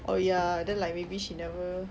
oh ya then like maybe she never